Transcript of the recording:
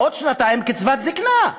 עוד שנתיים קצבת זיקנה.